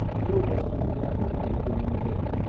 little was to be apprehended during the day.